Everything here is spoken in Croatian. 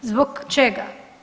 Zbog čega?